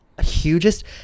hugest